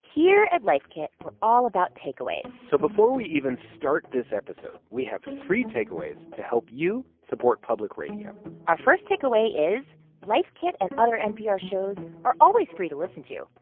here at life kit, we're all about takeaways so before we even start this episode, we have three takeaways to help you support public radio our first takeaway is life kit and other npr shows are always free to listen to,